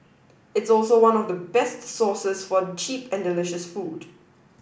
it's also one of the best sources for cheap and delicious food